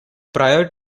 prior